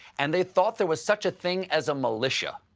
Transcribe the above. and they thought there was such a thing as a militia.